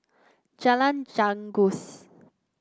Jalan Janggus